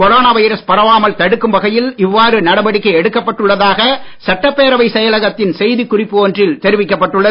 corona virus பரவாமல் தடுக்கும் வகையில் இவ்வாறு நடவடிக்கை எடுக்கப்பட்டுள்ளதாக சட்டப்பேரவை செயலகத்தின் செய்திக்குறிப்பு ஒன்றில் தெரிவிக்கப்பட்டுள்ளது